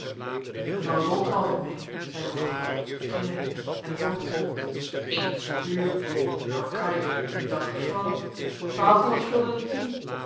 mevrouw dolt er altijd mee zeide roggeveld grinnikende en het hoofd schuddende eens zoo duur nou kaik in dat geval twaalfhonderd gulden